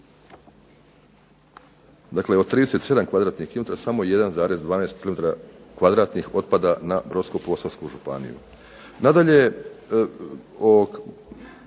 Dakle od 37 kvadratnih kilometara, samo 1,12 kilometara kvadratnih otpada na Brodsko-posavsku županiju. Nadalje, u